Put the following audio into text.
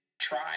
try